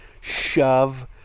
shove